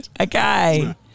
okay